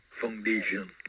foundation